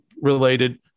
related